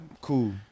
cool